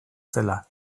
zela